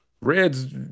Reds